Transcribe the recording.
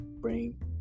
bring